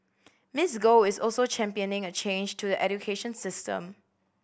Miss Go is also championing a change to education system